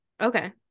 okay